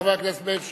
חבר הכנסת מאיר שטרית.